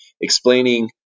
explaining